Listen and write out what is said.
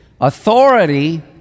authority